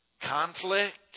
Conflict